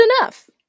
enough